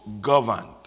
governed